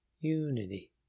unity